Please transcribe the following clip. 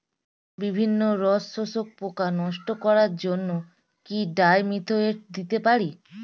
বিভিন্ন রস শোষক পোকা নষ্ট করার জন্য কি ডাইমিথোয়েট দিতে পারি?